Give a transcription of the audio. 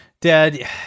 dad